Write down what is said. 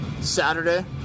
Saturday